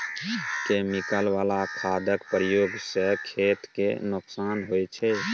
chemical बला खादक प्रयोग सँ खेत केँ नोकसान होइ छै